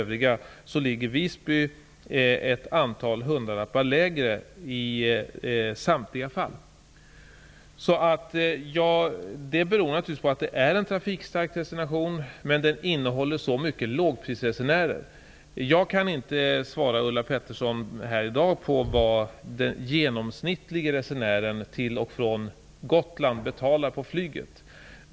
Visby ligger alltså ett antal hundralappar lägre i samtliga fall. Det beror naturligtvis på att det är en trafikstark destination, men samtidigt har den många lågprisresenärer. Jag kan inte här i dag svara Ulla Petterson på hur mycket den genomsnittlige resenären till och från Gotland betalar på flyget.